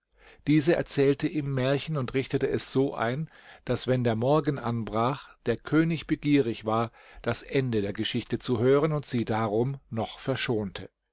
diese erzählte ihm märchen und richtete es so ein daß wenn der morgen heranbrach der könig begierig war das ende der geschichte zu hören und sie darum noch verschonte